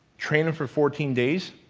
train them for fourteen days,